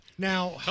Now